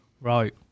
Right